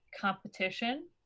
competition